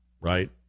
right